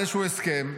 לאיזשהו הסכם,